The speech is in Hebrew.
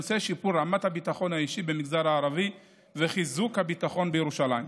בנושא שיפור רמת הביטחון האישי במגזר הערבי וחיזוק הביטחון בירושלים,